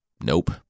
Nope